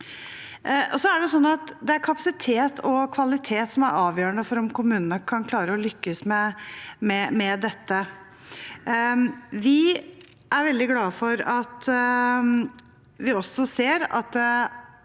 kapasitet og kvalitet som er avgjørende for om kommunene kan klare å lykkes med dette. Vi er veldig glade for å se at